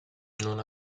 non